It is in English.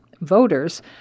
voters